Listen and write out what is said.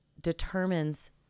determines